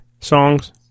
songs